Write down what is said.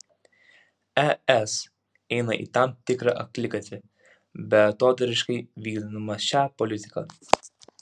es eina į tam tikrą akligatvį beatodairiškai vykdydama šią politiką